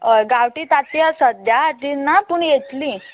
हय गांवठी तातयां सद्या खातीर ना पूण येतलीं